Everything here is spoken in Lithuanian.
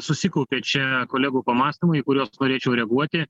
susikaupė čia kolegų pamąstymai į kurios norėčiau reaguoti